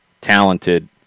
talented